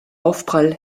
aufprall